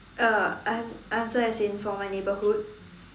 uh an~ answer as in for my neighbourhood